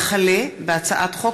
וכלה בהצעת חוק